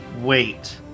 wait